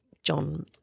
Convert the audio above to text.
John